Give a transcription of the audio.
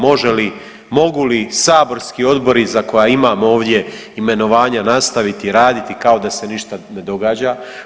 Može li, mogu li saborski odbori za koja imamo ovdje imenovanja nastaviti raditi kao da se ništa ne događa?